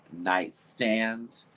Nightstand